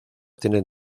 tienen